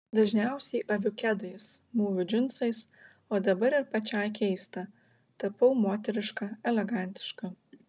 dažniausiai aviu kedais mūviu džinsus o dabar ir pačiai keista tapau moteriška elegantiška